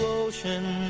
ocean